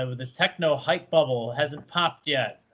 ah the techno hype bubble hasn't popped yet,